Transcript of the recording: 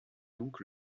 donc